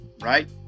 right